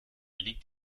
liegt